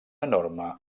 enorme